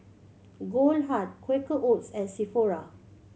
Goldheart Quaker Oats and Sephora